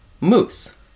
moose